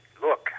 Look